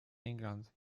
england